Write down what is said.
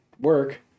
work